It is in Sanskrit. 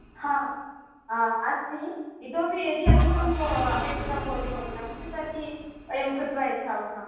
हा अस्ति इतोपि यदि अधिकम् प् अपेक्षितं भवति भवतीनां कृते तर्हि वयं कृत्वा यच्छामः